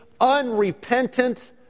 unrepentant